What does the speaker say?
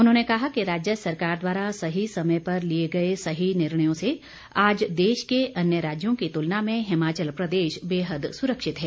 उन्होंने कहा कि राज्य सरकार द्वारा सही समय पर लिए गए सही निर्णयों से आज देश के अन्य राज्यों की तुलना में हिमाचल प्रदेश बेहद सुरक्षित हैं